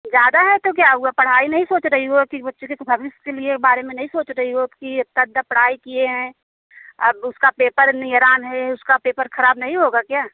ज़्यादा है तो क्या हुआ पढ़ाई नहीं सोच रही हो कि बच्चे के तो भविष्य के लिए बारे में नहीं सोच रही हो कि ये इतना अच्छा पढ़ाई किए हैं अब उसका पेपर है उसका पेपर ख़राब नहीं होगा क्या